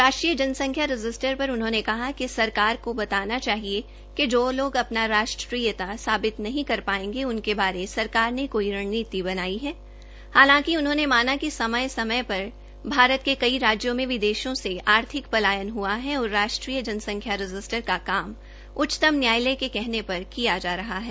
राष्ट्रीय जनसंख्या रजिस्टर पर उन्होंने कहा कि सरकार को बताना चाहिए कि जो लोग अपनी राष्ट्रीयता साबित नहीं कर पायेंगे उनके बारे सरकार ने कोई रणनीति बनाई है हालांकि उन्होंने माना कि समय समय पर भारत के कई राज्यों मे विदेशी से आर्थिक पलायन हआ है और राष्ट्रीय जनसंख्या रजिस्टर का काम सर्वोच्च न्यायालय के कहन पर किया जा रहा है